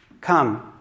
Come